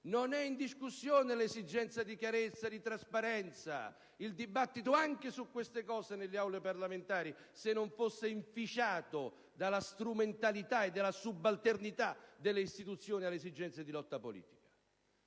Non è in discussione l'esigenza di chiarezza e di trasparenza, se il dibattito parlamentare anche su questi temi non fosse inficiato dalla strumentalità e dalla subalternità delle istituzioni alle esigenze di lotta politica.